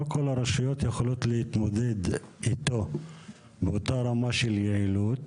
לא כל הרשויות יכולות להתמודד איתו באותה רמה של יעילות.